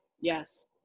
Yes